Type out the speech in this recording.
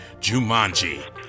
Jumanji